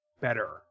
better